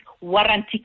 warranty